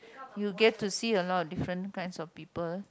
you get to see a lot of different kinds of people